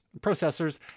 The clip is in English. processors